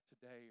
today